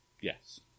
Yes